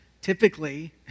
typically